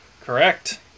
Correct